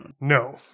no